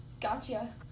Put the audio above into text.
Gotcha